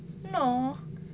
no